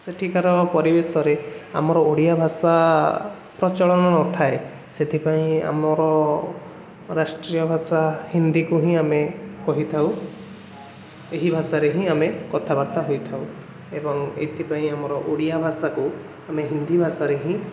ସେଠିକାର ପରିବେଶରେ ଆମର ଓଡ଼ିଆଭାଷା ପ୍ରଚଳନ ନଥାଏ ସେଥିପାଇଁ ଆମର ରାଷ୍ଟ୍ରୀୟ ଭାଷା ହିନ୍ଦୀକୁ ହିଁ ଆମେ କହିଥାଉ ଏହି ଭାଷାରେ ହିଁ ଆମେ କଥାବାର୍ତ୍ତା ହୋଇଥାଉ ଏବଂ ଏଥିପାଇଁ ଆମର ଓଡ଼ିଆଭାଷାକୁ ଆମେ ହିନ୍ଦୀ ଭାଷାରେ ହିଁ